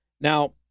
Now